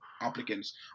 applicants